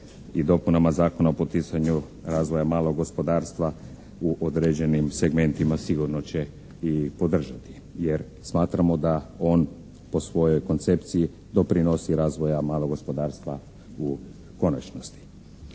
i dopunama Zakona o poticanju razvoja malog gospodarstva u određenim segmentima sigurno će i podržati. Jer smatramo da on po svojoj koncepciji doprinosi razvoju malog gospodarstva u konačnosti.